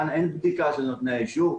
כאן אין בדיקה של נותני האישור.